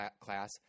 class